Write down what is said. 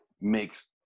makes